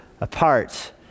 apart